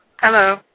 Hello